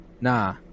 Nah